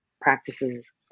practices